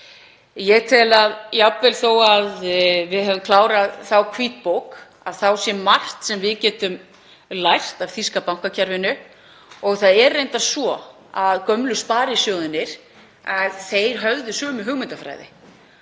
þó að við hefðum klárað þá hvítbók sé margt sem við getum lært af þýska bankakerfinu og það er reyndar svo að gömlu sparisjóðirnir höfðu sömu hugmyndafræði.